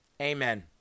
Amen